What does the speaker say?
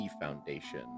Foundation